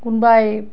কোনোবাই